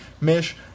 Mish